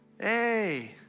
hey